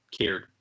cared